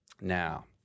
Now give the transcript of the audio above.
Now